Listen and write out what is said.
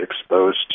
exposed